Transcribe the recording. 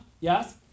Yes